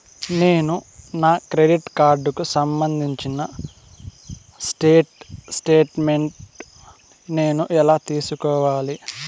నేను నా క్రెడిట్ కార్డుకు సంబంధించిన స్టేట్ స్టేట్మెంట్ నేను ఎలా తీసుకోవాలి?